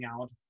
out